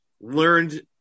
learned